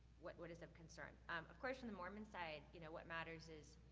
what what is of concern. of course, from the mormon side, you know what matters is